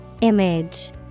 Image